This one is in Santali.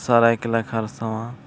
ᱥᱚᱨᱟᱭᱠᱮᱞᱟ ᱠᱷᱟᱨᱥᱚᱶᱟ